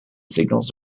signals